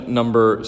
number